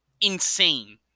insane